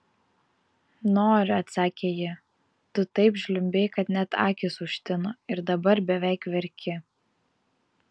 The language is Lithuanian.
nori atsakė ji tu taip žliumbei kad net akys užtino ir dabar beveik verki